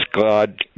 God